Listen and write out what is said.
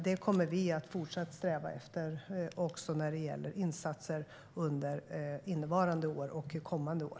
Det kommer vi att fortsätta sträva efter också när det gäller insatser under innevarande och kommande år.